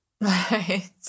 Right